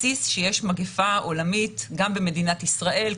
הבסיס שיש מגיפה עולמית קטלנית, גם במדינת ישראל.